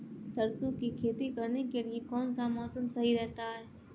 सरसों की खेती करने के लिए कौनसा मौसम सही रहता है?